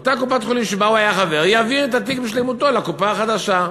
אותה קופת-חולים שבה היה חבר תעביר את התיק בשלמותו לקופה החדשה.